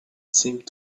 seemed